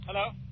Hello